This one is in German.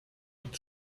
uns